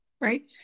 Right